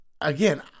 again